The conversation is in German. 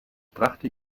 brachte